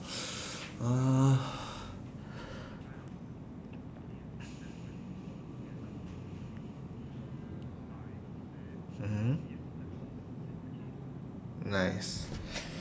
uh mmhmm nice